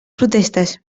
protestes